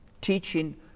teaching